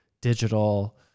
digital